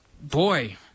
boy